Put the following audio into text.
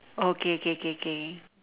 okay K K K K